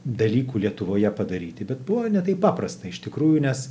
dalykų lietuvoje padaryti bet buvo ne taip paprasta iš tikrųjų nes